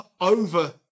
over